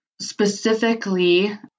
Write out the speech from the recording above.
specifically